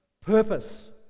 purpose